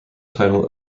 title